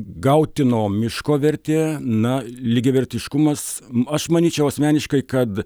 gautino miško vertė na lygiavertiškumas aš manyčiau asmeniškai kad